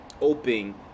open